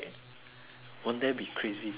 won't there be crazy people